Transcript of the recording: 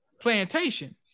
plantation